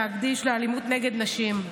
להקדיש לאלימות נגד נשים.